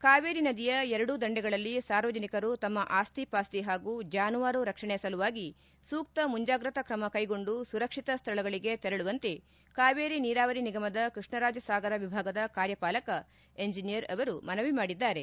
ಕಾವೇರಿ ನದಿಯ ಎರಡೂ ದಂಡೆಗಳಲ್ಲಿ ಸಾರ್ವಜನಿಕರು ತಮ್ಮ ಆಸ್ತಿ ಪಾಸ್ತಿ ಹಾಗೂ ಜಾನುವಾರು ರಕ್ಷಣೆ ಸಲುವಾಗಿ ಸೂಕ್ತ ಮುಂಜಾಗ್ರತಾ ಕ್ರಮ ಕೈಗೊಂಡು ಸುರಕ್ಷಿತ ಸ್ವಳಗಳಗೆ ತೆರಳುವಂತೆ ಕಾವೇರಿ ನೀರಾವರಿ ನಿಗಮದ ಕೃಷ್ಣರಾಜಸಾಗರ ವಿಭಾಗದ ಕಾರ್ಯಪಾಲಕ ಇಂಜೆನಿಯರ್ ಅವರು ಮನವಿ ಮಾಡಿದ್ದಾರೆ